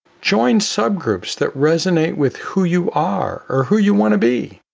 join subgroups that resonate with who you are or who you want to be.